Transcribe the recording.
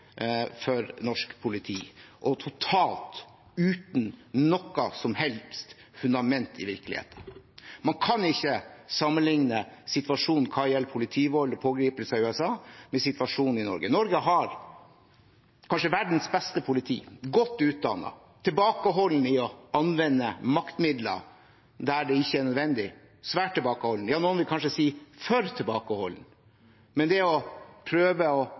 for norsk politi, og totalt uten noe som helst fundament i virkeligheten. Man kan ikke sammenligne situasjonen med politivold og pågripelser i USA med situasjonen i Norge. Norge har kanskje verdens beste politi; godt utdannet, tilbakeholdne med å anvende maktmidler der det ikke er nødvendig – svært tilbakeholdne, ja, noen vil kanskje si for tilbakeholdne. Det å prøve å